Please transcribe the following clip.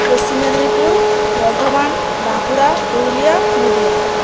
Paschim Medinipur Bardhaman Bankura Purulia Nadia